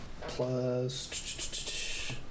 Plus